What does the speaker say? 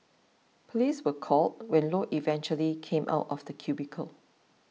police were called when Low eventually came out of the cubicle